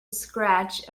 scratch